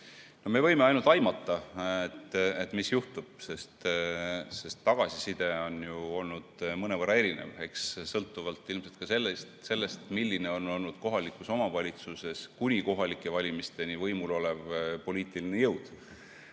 Me võime ainult aimata, mis juhtub. Tagasiside on ju olnud mõnevõrra erinev, eks sõltuvalt ilmselt ka sellest, milline oli kohalikus omavalitsuses kuni kohalike valimisteni võimul olnud poliitiline jõud.